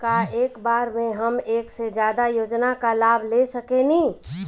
का एक बार में हम एक से ज्यादा योजना का लाभ ले सकेनी?